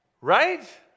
Right